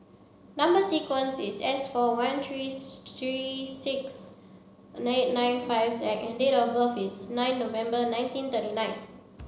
number sequence is S four one trees three six nine nine five Z and date of birth is nine November nineteen thirty nine